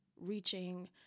reaching